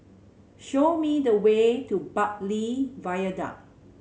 show me the way to Bartley Viaduct